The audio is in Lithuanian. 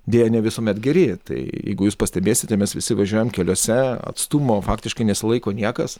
deja ne visuomet geri tai jeigu jūs pastebėsite mes visi važiuojam keliuose atstumo faktiškai nesilaiko niekas